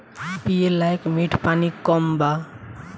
पिए लायक मीठ पानी कम बा